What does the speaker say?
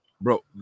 Bro